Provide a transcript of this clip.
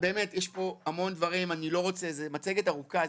יש הרבה דברים זו מצגת ארוכה.